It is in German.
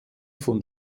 von